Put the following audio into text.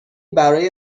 برای